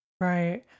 Right